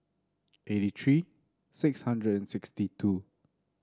eighty three six hundred and sixty two